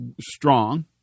strong